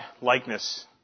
likeness